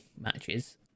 matches